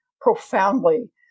profoundly